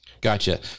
Gotcha